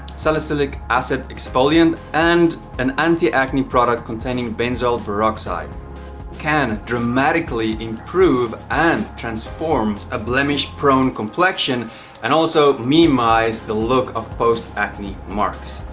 salicylic acid exfoliant and an anti acne product containing benzoyl peroxide can dramatically improve and transform a blemish prone complexion and also minimize the look of post acne marks.